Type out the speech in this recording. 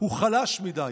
הוא חלש מדי.